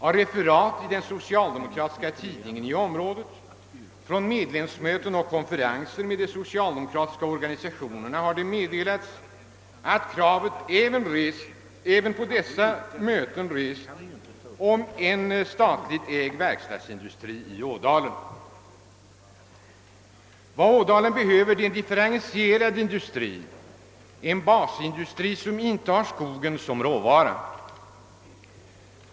Av referat i den socialdemokratiska tidningen i området från medlemsmöten och konferenser med de socialdemokratiska organisationerna har framgått att även på dessa möten krav rests på en statligt ägd verkstadsindustri i denna trakt. Ådalen behöver en differentierad industri, en basindustri som inte har skogen som råvara.